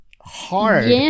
hard